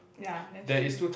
ya that's true